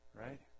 Right